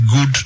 good